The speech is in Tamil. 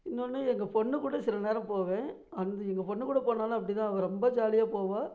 இன்னொன்று எங்கள் பொண்ணு கூட சில நேரம் போவேன் வந்து எங்கே பொண்ணு போனாலும் அப்படிதான் அவ ரொம்ப ஜாலியாக போவா